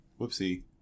Whoopsie